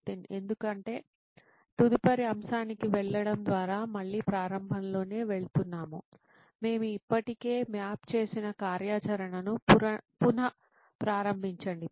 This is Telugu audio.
నితిన్ ఎందుకంటే తదుపరి అంశానికి వెళ్లడం ద్వారా మళ్ళీ ప్రారంభంలోనే వెళుతున్నాము మేము ఇప్పటికే మ్యాప్ చేసిన కార్యాచరణను పునః ప్రారంభించండి